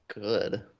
good